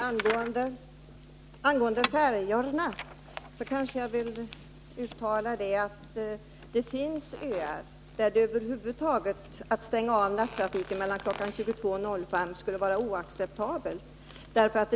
Herr talman! Det finns öar som inte har någon annan kommunikation inom kommunen än med färjor och där det över huvud taget skulle vara oacceptabelt att stänga av nattrafiken mellan kl. 22.00 och kl. 05.00.